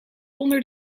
onder